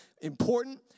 important